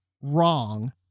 wrong